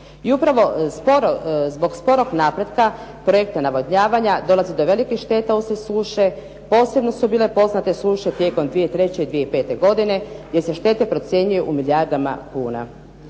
I upravo zbog sporog napretka projekta navodnjavanja, dolazi do velikih šteta uslijede suše, posebne su bile poznate suše tijekom 2003. i 2005. godine, gdje se štete procjenjuju u milijardama kuna.